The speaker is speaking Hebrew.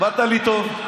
באת לי טוב.